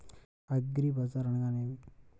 అగ్రిబజార్ అనగా నేమి?